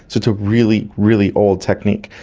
so it's a really, really old technique.